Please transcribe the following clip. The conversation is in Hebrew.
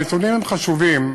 הנתונים הם חשובים,